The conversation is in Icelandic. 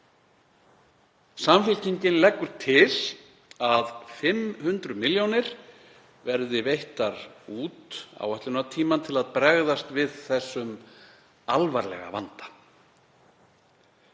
Samfylkingin leggur til að 500 milljónir verði veittar út áætlunartímann til að bregðast við þeim alvarlega vanda.